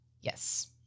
Yes